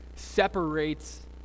separates